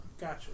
Gotcha